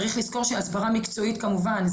צריך לזכור שהסברה מקצועית כמובן,